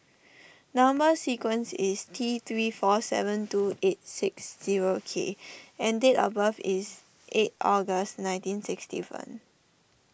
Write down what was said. Number Sequence is T three four seven two eight six zero K and date of birth is eight August nineteen sixty one